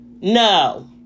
No